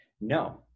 No